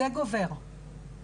זה גובר.